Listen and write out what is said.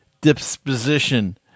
disposition